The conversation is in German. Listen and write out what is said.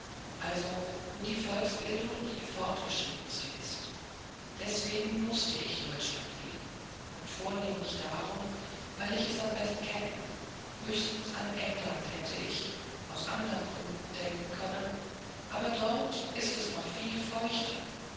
also wo die volksbildung die vorgeschrittenste ist deswegen mußte ich deutschland wählen und vornehmlich darum weil ich es am besten kenne höchstens an england hätte ich aus andern gründen denken können aber dort ist es noch viel feuchter